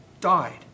died